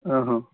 ଓହୋଃ